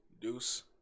deuce